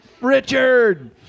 Richard